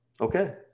okay